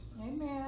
amen